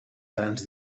grans